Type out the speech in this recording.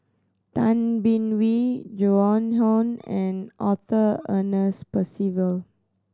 Tay Bin Wee Joan Hon and Arthur Ernest Percival